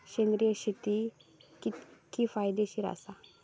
सेंद्रिय शेती कितकी फायदेशीर आसा?